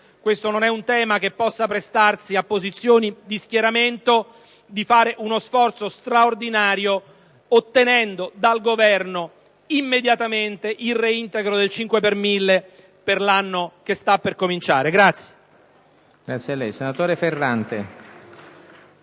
trattandosi di un tema che non può prestarsi a logiche di schieramento - di fare uno sforzo straordinario, ottenendo dal Governo immediatamente il reintegro del 5 per mille per l'anno che sta per cominciare.